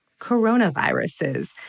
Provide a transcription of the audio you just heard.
coronaviruses